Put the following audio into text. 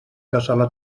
cassola